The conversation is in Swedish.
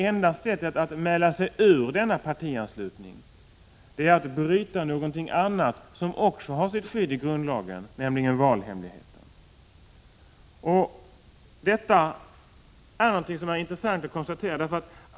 Enda sättet att mäla sig ur denna kollektivanslutning är dessutom att bryta någonting annat som också har sitt skydd i grundlagen, nämligen valhemligheten. Detta är intressant att konstatera.